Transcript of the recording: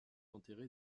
enterré